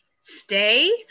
stay